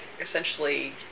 essentially